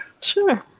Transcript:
Sure